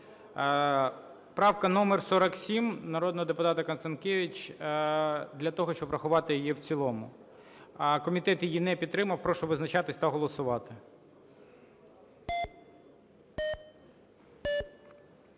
Правка номер 47 народного депутата Констанкевич для того, щоб врахувати її в цілому. Комітет її не підтримав. Прошу визначатись та голосувати.